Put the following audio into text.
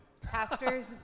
Pastors